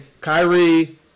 Kyrie